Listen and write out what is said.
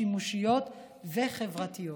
שימושיות וחברתיות.